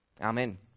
Amen